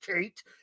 Kate